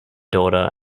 daughter